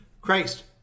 Christ